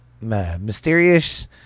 mysterious